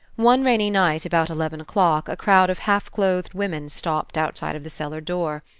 one rainy night, about eleven o'clock, a crowd of half-clothed women stopped outside of the cellar-door.